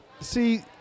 see